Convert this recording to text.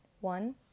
One